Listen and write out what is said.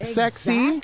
sexy